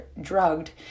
drugged